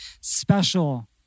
special